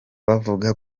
bavuga